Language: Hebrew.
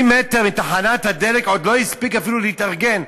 מטר מתחנת הדלק ועוד לא הספיק אפילו להתארגן?